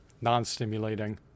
non-stimulating